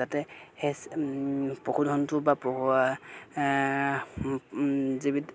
যাতে সেই পশুধনটো বা যিবিলাক